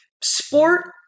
Sport